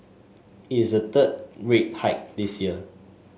it is the third rate hike this year